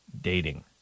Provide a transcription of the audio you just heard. dating